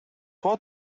what